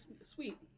sweet